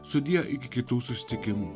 sudie iki kitų susitikimų